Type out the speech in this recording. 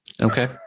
okay